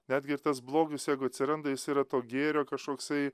netgi ir tas blogis jeigu atsiranda jis yra to gėrio kažkoksai